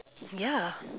ya